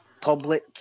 public